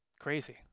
crazy